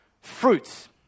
fruits